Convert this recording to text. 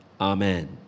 Amen